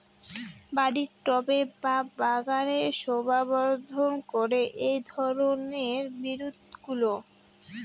বাড়ির টবে বা বাগানের শোভাবর্ধন করে এই ধরণের বিরুৎগুলো